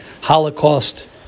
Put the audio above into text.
Holocaust